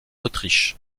autriche